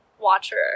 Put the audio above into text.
watcher